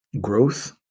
growth